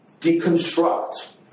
deconstruct